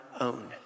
own